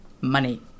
Money